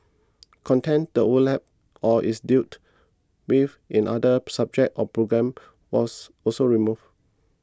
content that overlaps or is dealt with in other subjects or programmes was also removed